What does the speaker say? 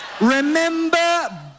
remember